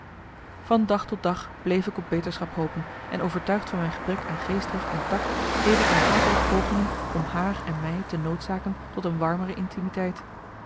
dag tot dag bleef ik op beterschap hopen en overtuigd van mijn gebrek aan geestdrift en takt deed ik herhaaldelijk pogingen om haar en mij te noodzaken tot een warmere intimiteit